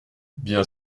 bien